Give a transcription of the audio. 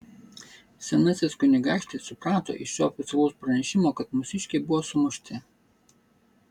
senasis kunigaikštis suprato iš šio oficialaus pranešimo kad mūsiškiai buvo sumušti